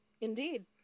Indeed